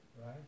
right